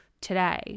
today